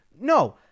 No